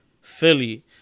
Philly